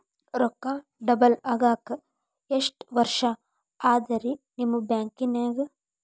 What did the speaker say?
ರೊಕ್ಕ ಡಬಲ್ ಆಗಾಕ ಎಷ್ಟ ವರ್ಷಾ ಅದ ರಿ ನಿಮ್ಮ ಬ್ಯಾಂಕಿನ್ಯಾಗ?